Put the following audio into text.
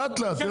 לאט-לאט.